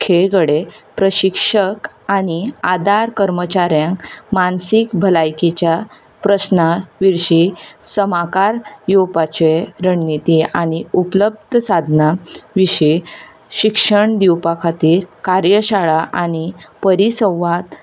खेळगडे प्रशिक्षक आनी आदार कर्मचाऱ्यांक मानसीक भलायकेच्या प्रश्ना विशीं समाकाल घेवपाचे रणनिथी आनी उपलब्ध साधनां विशीं शिक्षण दिवपा खातीर कार्यशाळा आनी परिसंवाद